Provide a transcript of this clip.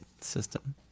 system